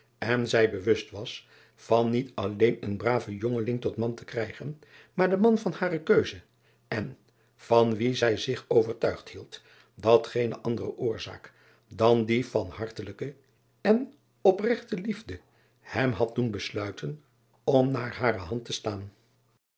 en zij bewust was van niet alleen een braven jongeling tot man te krijgen maar den man van hare keuze en van wien zij zich overtuigd hield dat geene andere oorzaak dan die van hartelijke en en opregte liefde hem had doen besluiten om naar hare hand te staan